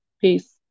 Peace